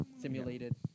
simulated